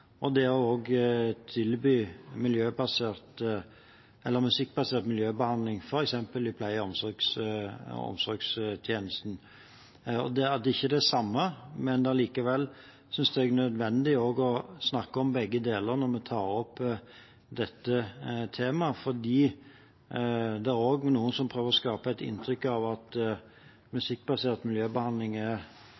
psykosebehandling, og det å tilby musikkbasert miljøbehandling f.eks. i pleie- og omsorgstjenesten. Det er ikke det samme, men likevel synes jeg det er nødvendig å snakke om begge deler når vi tar opp dette temaet, fordi det også er noen som prøver å skape et inntrykk av at